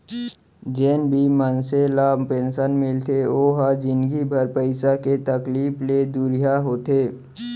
जेन भी मनसे ल पेंसन मिलथे ओ ह जिनगी भर पइसा के तकलीफ ले दुरिहा होथे